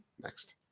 Next